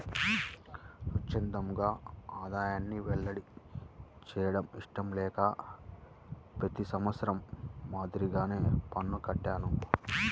స్వఛ్చందంగా ఆదాయాన్ని వెల్లడి చేయడం ఇష్టం లేక ప్రతి సంవత్సరం మాదిరిగానే పన్ను కట్టాను